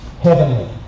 heavenly